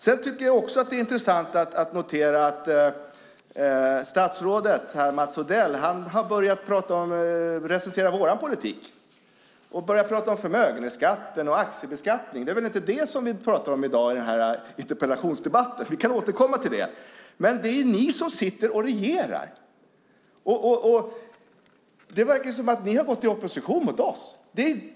Det är också intressant att notera att statsrådet Mats Odell börjat recensera vår politik och tala om förmögenhetsbeskattning och aktiebeskattningen. Det är inte vad vi talar om i dag i interpellationsdebatten, men vi kan återkomma till det. Det är ni som sitter och regerar. Det verkar som att ni har gått i opposition mot oss.